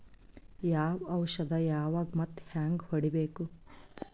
ಯಾವ ಔಷದ ಯಾವಾಗ ಮತ್ ಹ್ಯಾಂಗ್ ಹೊಡಿಬೇಕು?